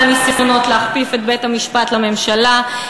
הניסיונות להכפיף את בית-המשפט לממשלה,